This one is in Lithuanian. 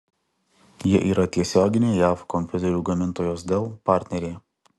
ji yra tiesioginė jav kompiuterių gamintojos dell partnerė